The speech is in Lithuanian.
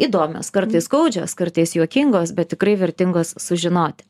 įdomios kartais skaudžios kartais juokingos bet tikrai vertingos sužinot